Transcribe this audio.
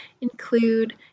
include